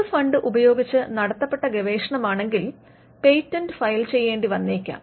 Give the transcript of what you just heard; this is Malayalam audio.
പൊതുഫണ്ട് ഉപയോഗിച്ച് നടത്തപ്പെട്ട ഗവേഷണമാണെങ്കിൽ പേറ്റന്റ് ഫയൽ ചെയ്യേണ്ടി വന്നേക്കാം